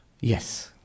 Yes